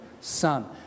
Son